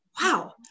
wow